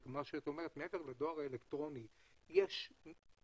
את אומרת דואר האלקטרוני אבל יש אלפים,